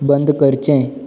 बंद करचें